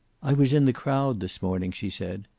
i was in the crowd this morning, she said.